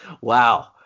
Wow